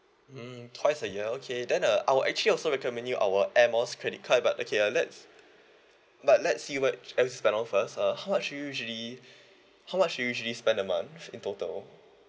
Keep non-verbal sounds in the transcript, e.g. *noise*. mm twice a year okay then uh I'll actually also recommend you our air miles credit card but okay uh let's but let's see what else you spend on first uh how much do you usually *breath* how much do you usually spend a month in total